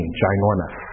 ginormous